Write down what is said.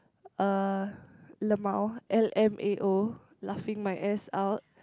uh lmao L_M_A_O laughing my ass out